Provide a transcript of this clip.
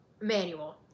manual